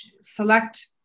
select